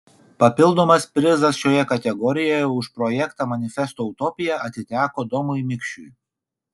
papildomas prizas šioje kategorijoje už projektą manifesto utopija atiteko domui mikšiui